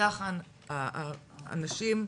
מסך האנשים,